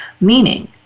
meaning